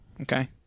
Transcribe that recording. Okay